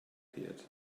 appeared